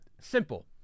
simple